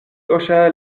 hocha